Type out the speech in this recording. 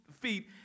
feet